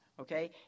Okay